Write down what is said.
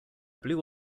blue